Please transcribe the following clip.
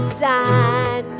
sun